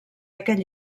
aquell